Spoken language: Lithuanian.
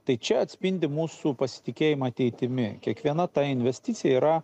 tai čia atspindi mūsų pasitikėjimą ateitimi kiekviena ta investicija yra